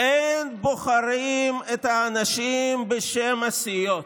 אין בוחרים את האנשים בשם הסיעות,